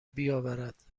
بیاورد